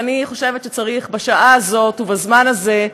אני חושבת שצריך, בשעה הזאת ובזמן הזה,